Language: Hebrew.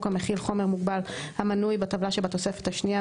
המכיל חומר מוגבל המנוי בטבלה שבתוספת השנייה,